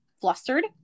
flustered